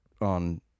On